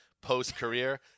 post-career